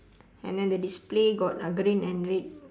and then the display got uh green and red